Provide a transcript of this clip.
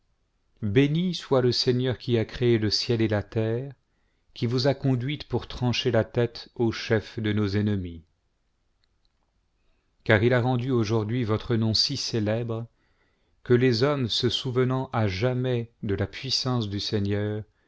béni soit le seigneur qui a créé le ciel et la terre qui vous a conduite pour trancher la tête au chef de nos ennemis car il a rendu aujourd'hui votre nom si célèbre que les hommes se souvenant à jamais de la puissance du seigneur